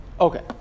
Okay